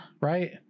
right